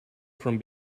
from